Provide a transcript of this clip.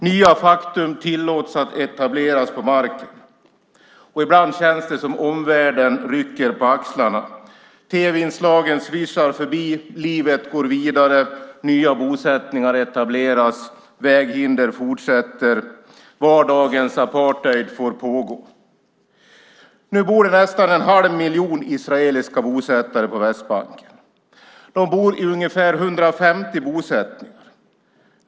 Nya faktum tillåts etableras på marken. Ibland känns det som att omvärlden rycker på axlarna. Tv-inslagen svischar förbi. Livet går vidare. Nya bosättningar etableras. Väghinder fortsätter. Vardagens apartheid får pågå. Nu bor nästan en halv miljon israeliska bosättare på Västbanken. De bor i ungefär 150 bosättningar.